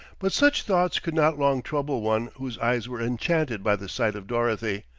but such thoughts could not long trouble one whose eyes were enchanted by the sight of dorothy,